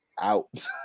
Out